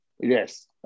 yes